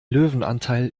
löwenanteil